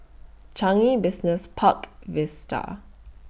Changi Business Park Vista